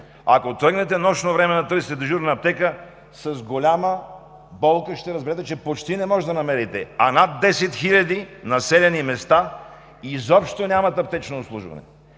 ако тръгнете нощно време да търсите дежурна аптека, с голяма болка ще разберете, че почти не можете да намерите. Над 10 000 населени места изобщо нямат аптечно обслужване.